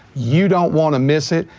you don't wanna miss it.